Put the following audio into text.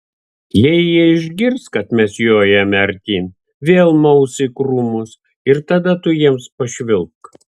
jei jie išgirs kad mes jojame artyn vėl maus į krūmus ir tada tu jiems pašvilpk